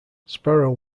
sparrow